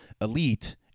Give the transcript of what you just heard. elite